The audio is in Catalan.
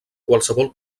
qualsevol